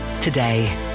today